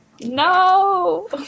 No